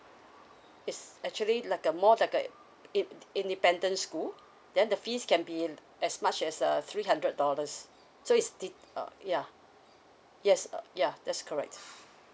yes actually like a more like a in~ independent school then the fees can be as much as a three hundred dollars so it's de~ uh ya yes uh ya that's correct